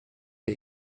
der